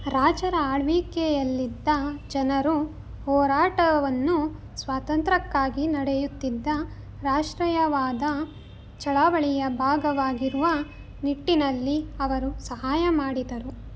ರಾಜರ ಆಳ್ವಿಕೆಯಲ್ಲಿದ್ದ ಜನರು ಹೋರಾಟವನ್ನು ಸ್ವಾತಂತ್ರ್ಯಕ್ಕಾಗಿ ನಡೆಯುತ್ತಿದ್ದ ರಾಷ್ಟ್ರೀಯವಾದ ಚಳವಳಿಯ ಭಾಗವಾಗಿರುವ ನಿಟ್ಟಿನಲ್ಲಿ ಅವರು ಸಹಾಯ ಮಾಡಿದರು